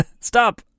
Stop